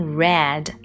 red